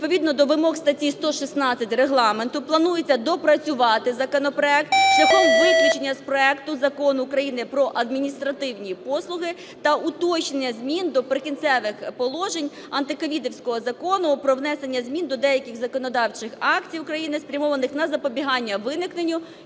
відповідно до вимог статті 116 Регламенту планується доопрацювати законопроект шляхом виключення з проекту Закону України "Про адміністративні послуги" та уточнення змін "Прикінцевих положень" антиковідівського Закону про внесення змін до деяких законодавчих актів України, спрямованих на запобігання виникненню